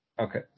Okay